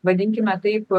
vadinkime taip